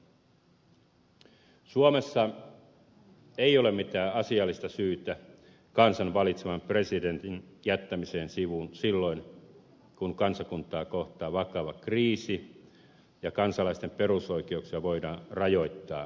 suomessa ei ole mitään asiallista syytä kansan valitseman presidentin jättämiseen sivuun silloin kun kansakuntaa kohtaa vakava kriisi ja kansalaisten perusoikeuksia voidaan rajoittaa voimakkaasti